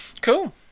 Cool